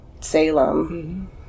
Salem